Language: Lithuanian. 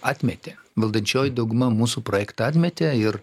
atmetė valdančioji dauguma mūsų projektą atmetė ir